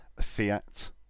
FIAT